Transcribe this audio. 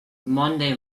monday